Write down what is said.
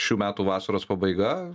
šių metų vasaros pabaiga